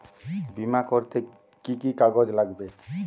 বিমা করতে কি কি কাগজ লাগবে?